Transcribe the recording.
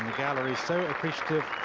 gallery so appreciative